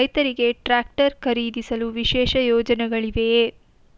ರೈತರಿಗೆ ಟ್ರಾಕ್ಟರ್ ಖರೀದಿಸಲು ವಿಶೇಷ ಯೋಜನೆಗಳಿವೆಯೇ?